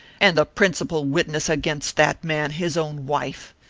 and the principal witness against that man his own wife!